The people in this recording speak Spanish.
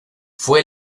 fue